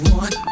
one